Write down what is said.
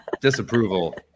Disapproval